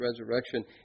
resurrection